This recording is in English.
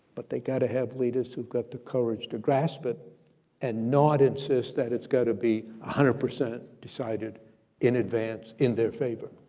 but they've gotta have leaders who've got the courage to grasp it and not insist that it's gotta be one hundred percent decided in advance in their favor.